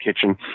kitchen